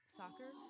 soccer